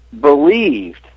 believed